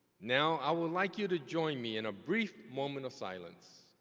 now i would like you to join me in a brief moment of silence,